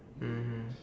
mmhmm